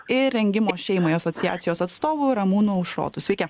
ir rengimo šeimai asociacijos atstovu ramūnu aušrotu sveiki